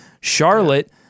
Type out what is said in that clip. Charlotte